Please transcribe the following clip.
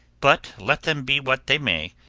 but let them be what they may,